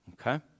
okay